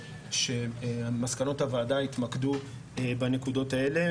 כשמסקנות הוועדה התמקדו בנקודות האלה,